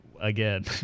again